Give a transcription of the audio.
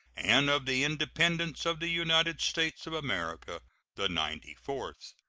and of the independence of the united states of america the ninety-fourth.